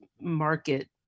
market